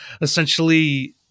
essentially